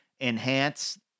enhance